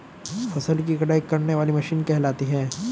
फसल की कटाई करने वाली मशीन कहलाती है?